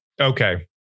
Okay